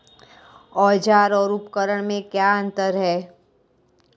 औज़ार और उपकरण में क्या अंतर है?